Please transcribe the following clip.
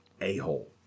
a-hole